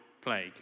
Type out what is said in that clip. plague